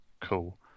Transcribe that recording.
cool